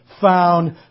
found